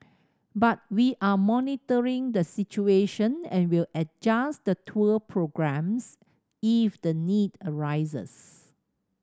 but we are monitoring the situation and will adjust the tour programmes if the need arises